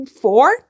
four